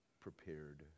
prepared